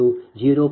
0 j0